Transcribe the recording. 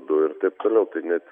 dujų ir taip toliau tai net